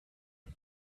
und